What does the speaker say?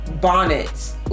bonnets